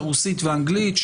הרוסית והאנגלית,